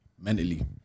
mentally